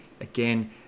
again